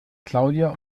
claudia